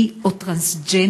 בי או טרנסג'נדר,